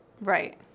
Right